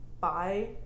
Bye